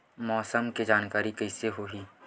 मौसम के जानकारी कइसे होही?